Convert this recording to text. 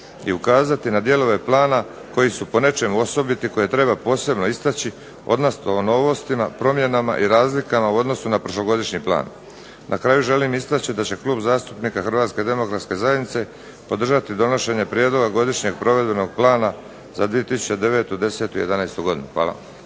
i ukazati na dijelove plana koji su po nečemu osobit, koje treba posebno isteći odnosno o novostima, promjenama i razlikama u odnosu na prošlogodišnji plan. Na kraju želim istaći da će Klub zastupnika HDZ-a podržati donošenje Prijedloga godišnjeg provedbenog plana za 2009., 2010. i 2011. godinu. Hvala.